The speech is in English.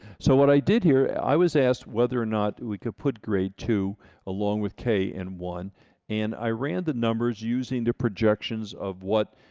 so what i did here i was asked whether or not we could put grade two along with k and one and i ran the numbers using the projections of what